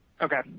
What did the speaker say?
Okay